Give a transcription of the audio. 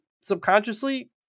subconsciously